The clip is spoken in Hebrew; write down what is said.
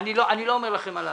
אני לא אומר לכם מה לעשות.